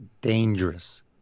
dangerous